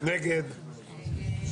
6 נמנעים,